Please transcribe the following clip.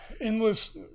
endless